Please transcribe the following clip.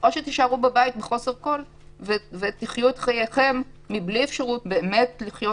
או תישארו בבית בחוסר כול ותחיו את חייכם מבלי אפשרות באמת לחיות